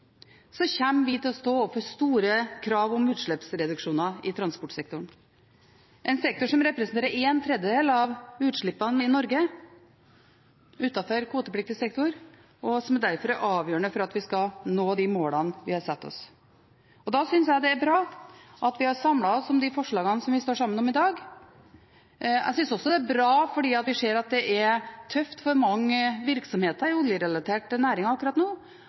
vi til å stå overfor store krav om utslippsreduksjoner i transportsektoren, en sektor som representerer en tredjedel av utslippene i Norge utenfor kvotepliktig sektor, og som derfor er avgjørende for at vi skal nå de målene vi har satt oss. Da synes jeg det er bra at vi har samlet oss om de forslagene som vi står sammen om i dag. Jeg synes også det er bra fordi vi ser at det er tøft for mange virksomheter i oljerelaterte næringer akkurat nå,